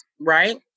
Right